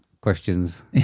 questions